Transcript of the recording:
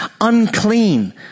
unclean